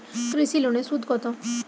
কৃষি লোনের সুদ কত?